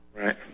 Right